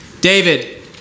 David